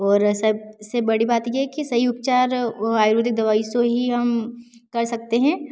और सबसे बड़ी बात ये है कि सही उपचार आयुर्वेदिक दवाई से ही हम कर सकते हैं